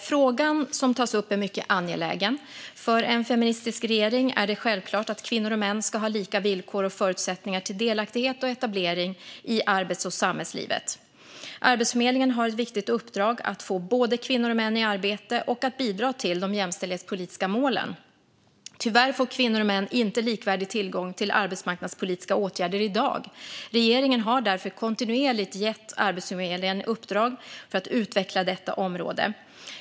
Frågan du tar upp är mycket angelägen. För en feministisk regering är det självklart att kvinnor och män ska ha lika villkor och förutsättningar till delaktighet och etablering i arbets och samhällslivet. Arbetsförmedlingen har ett viktigt uppdrag att få både kvinnor och män i arbete och att bidra till de jämställdhetspolitiska målen. Tyvärr får kvinnor och män inte likvärdig tillgång till arbetsmarknadspolitiska åtgärder i dag. Regeringen har därför kontinuerligt gett Arbetsförmedlingen uppdrag för att utveckla detta område.